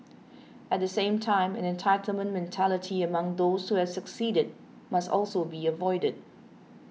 at the same time an entitlement mentality among those who have succeeded must also be avoided